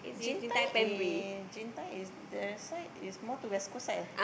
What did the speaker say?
Jintai is Jintai is their side is more to West-Coast side lah